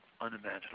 unimaginable